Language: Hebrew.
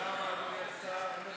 תודה רבה, אדוני השר.